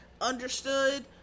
understood